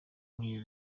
nk’ibi